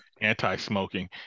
anti-smoking